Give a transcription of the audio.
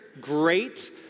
Great